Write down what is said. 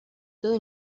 todo